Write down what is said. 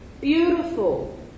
beautiful